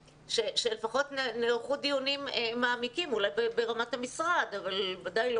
שלפחות נערכו דיונים מעמיקים - אולי נערכו ברמת המשרד אבל ודאי לא